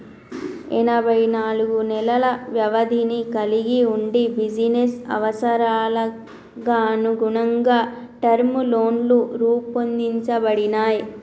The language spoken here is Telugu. ఎనబై నాలుగు నెలల వ్యవధిని కలిగి వుండి బిజినెస్ అవసరాలకనుగుణంగా టర్మ్ లోన్లు రూపొందించబడినయ్